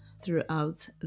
throughout